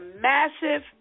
massive